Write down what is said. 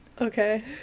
Okay